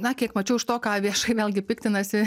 na kiek mačiau iš to ką viešai vėlgi piktinasi